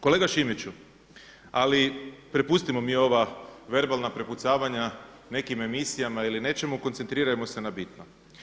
Kolega Šimiću, ali prepustimo mi ova verbalna prepucavanja nekim emisijama ili nečemu, koncentrirajmo se na bitno.